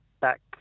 back